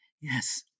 Yes